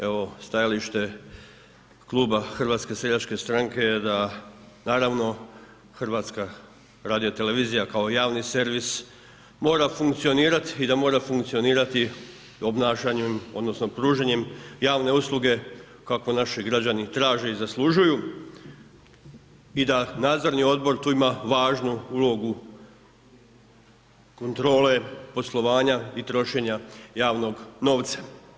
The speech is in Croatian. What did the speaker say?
Evo stajalište kluba HSS-a je da naravno HRT kao javni servis mora funkcionirat i da mora funkcionirati obnašanjem odnosno pružanjem javne usluge kako naši građani traže i zaslužuju i da nadzorni odbor tu ima važnu ulogu kontrole poslovanja i trošenja javnog novca.